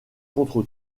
contre